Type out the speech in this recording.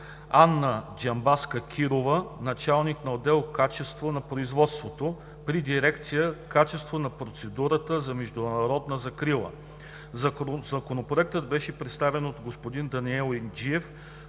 Анна Джамбазка-Кирова – началник на отдел „Качество на производството“ при дирекция „Качество на процедурата за международна закрила“. Законопроектът беше представен от господин Даниел Инджиев,